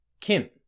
Kim